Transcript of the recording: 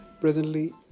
presently